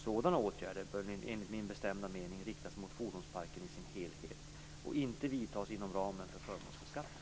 Sådana åtgärder bör enligt min bestämda mening riktas mot fordonsparken i sin helhet och inte vidtas inom ramen för förmånsbeskattningen.